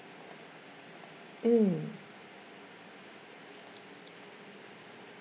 um